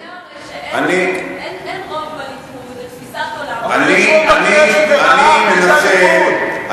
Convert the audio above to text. אתה יודע הרי שאין רוב בליכוד לתפיסת עולם אני מנסה כרגע,